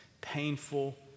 painful